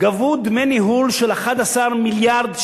גבו דמי ניהול של 11 מיליארד שקל.